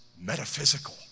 metaphysical